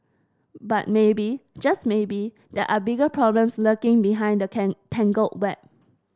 but maybe just maybe there are bigger problems lurking behind the tangled web